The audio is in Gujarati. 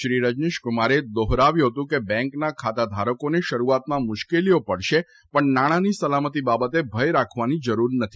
શ્રી રજનીશક્મારે દોહરાવ્યું હતું કે બેન્કના ખાતાધારકોને શરૂઆતમાં મુશ્કેલીઓ પડશે પણ નાણાંની સલામતી બાબતે ભય રાખવાની જરૂર નથી